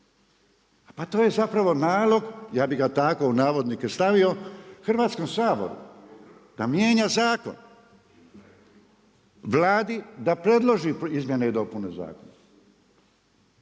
Pa to je zapravo nalog, ja bi ga tako u navodnike stavio Hrvatskom saboru, da mijenja zakon. Vladi da preloži izmjene i dopune zakona.